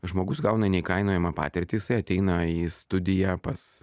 žmogus gauna neįkainojamą patirtį jisai ateina į studiją pas